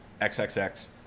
XXX